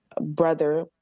brother